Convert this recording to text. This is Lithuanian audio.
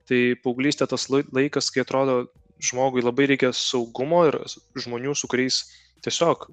tai paauglystė tas lai laikas kai atrodo žmogui labai reikia saugumo ir žmonių su kuriais tiesiog